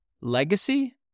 legacy